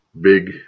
big